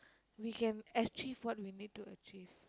we can achieve what we need to achieve